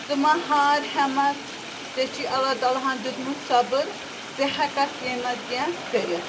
ژٕ ما ہار ہٮ۪مت ژےٚ چھُے اللہ تعالیٰ ہَن دیُتمُت صبٕر ژٕ ہٮ۪ککھ کینٛہہ نتہٕ کینٛہہ کٔرِتھ